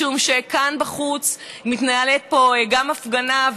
משום שכאן בחוץ מתנהלת הפגנה,